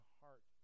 heart